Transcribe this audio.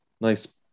Nice